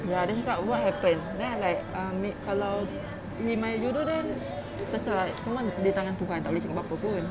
ya then dia cakap what happen then I like um kalau if my jodoh then terserah semua di tangan tuhan tak boleh cakap apa-apa pun